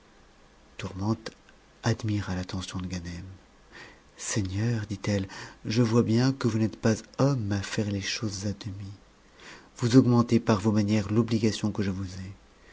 tourmente admira l'attention de ganem seigneur dit-elle je vois bien que vous n'êtes pas homme à faire les choses à demi vous augmentez par vos manières l'obligation que je vous ai